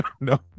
no